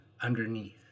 underneath